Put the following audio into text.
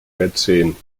mäzen